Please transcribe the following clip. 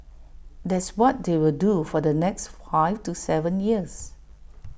that's what they will do for the next five to Seven years